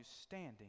standing